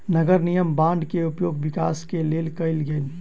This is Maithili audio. नगर निगम बांड के उपयोग विकास के लेल कएल गेल